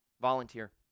Volunteer